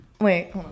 Wait